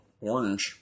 orange